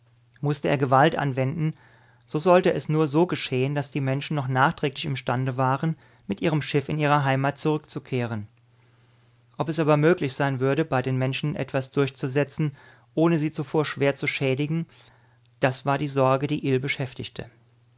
mußte er gewalt anwenden so sollte es nur so geschehen daß die menschen doch nachträglich imstande waren mit ihrem schiff in ihre heimat zurückzukehren ob es aber möglich sein würde bei den menschen etwas durchzusetzen ohne sie zuvor schwer zu schädigen das war die sorge die ill beschäftigte